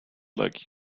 like